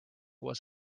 was